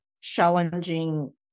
challenging